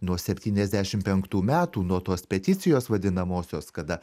nuo septyniasdešim penktų metų nuo tos peticijos vadinamosios kada